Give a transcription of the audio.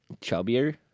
Chubbier